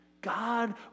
God